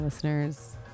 Listeners